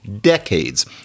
decades